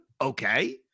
Okay